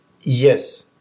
Yes